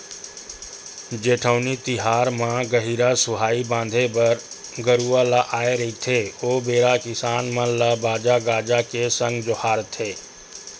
जेठउनी तिहार म गहिरा सुहाई बांधे बर गरूवा ल आय रहिथे ओ बेरा किसान मन ल बाजा गाजा के संग जोहारथे